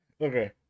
okay